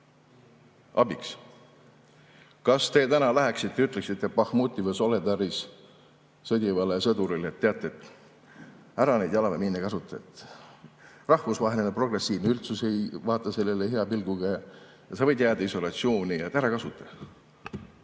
abiks. Kas te täna läheksite ja ütleksite Bahmutis või Soledaris sõdivale sõdurile: "Tead, ära neid jalaväemiine kasuta, rahvusvaheline progressiivne üldsus ei vaata sellele hea pilguga ja sa võid jääda isolatsiooni, ära kasuta"?